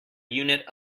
unit